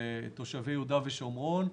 תושבי יהודה ושומרון,